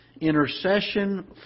intercession